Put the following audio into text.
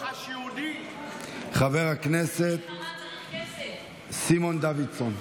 חבר הכנסת סימון דוידסון.